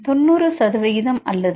90 சதவீதம் அல்லது 0